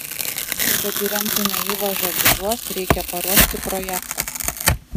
kad įrengtume įvažą gižuos reikia paruošti projektą